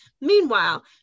Meanwhile